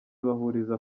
bahuriza